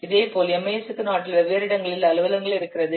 இதேபோல் MIS க்கு நாட்டில் வெவ்வேறு இடங்களில் அலுவலகங்கள் இருக்கிறது